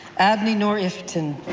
abdi nor iftin,